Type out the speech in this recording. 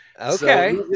okay